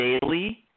daily